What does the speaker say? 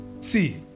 see